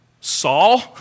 Saul